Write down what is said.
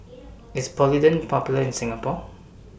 IS Polident Popular in Singapore